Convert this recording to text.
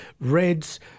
reds